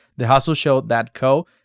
thehustleshow.co